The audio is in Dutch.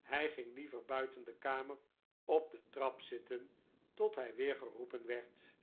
hij ging liever buiten de kamer op de trap zitten tot hij weer geroepen werd